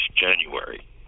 January